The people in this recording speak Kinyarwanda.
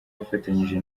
afatanyije